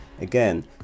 Again